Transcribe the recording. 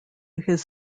his